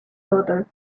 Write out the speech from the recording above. daughter